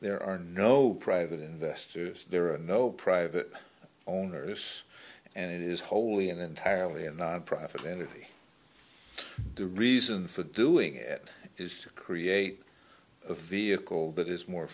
there are no private investors there are no private owners and it is wholly and entirely a nonprofit entity the reason for doing it is to create a vehicle that is more